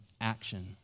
action